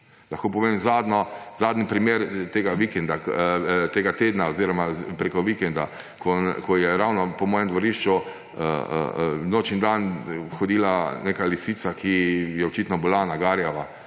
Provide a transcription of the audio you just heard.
Lahko povem zadnji primer s tega tedna oziroma preko vikenda, ko je ravno po mojem dvorišču noč in dan hodila neka lisica, ki je bila očitno bolna, garjava,